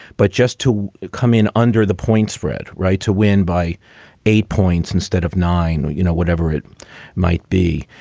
but just to come in under the point spread right. to win by eight points instead of nine. you know, whatever it might be.